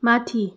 माथि